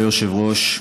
כבוד היושב-ראש,